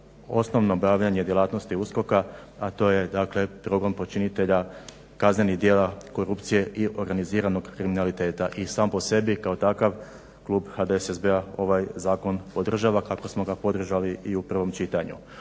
osnovno obavljanje djelatnosti USKOK-a, a to je dakle progon počinitelja kaznenih djela korupcije i organiziranog kriminaliteta. I sam po sebi kao takav klub HDSSB-a ovaj zakon podržava kako smo ga podržali i u prvom čitanju.